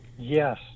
Yes